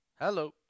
Hello